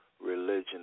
religion